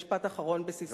משפט אחרון בססמאות,